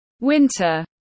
Winter